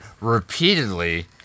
repeatedly